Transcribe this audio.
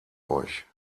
euch